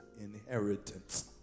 inheritance